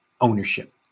ownership